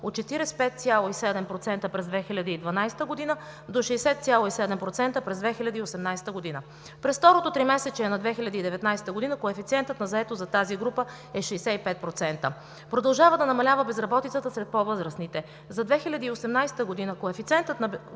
от 45,7% през 2012 г. до 60,7% през 2018 г. През второто тримесечие на 2019 г. коефициентът на заетост за тази група е 65%. Продължава да намалява безработицата сред по възрастните. За 2018 г. коефициентът на